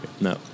no